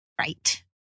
right